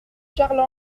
charles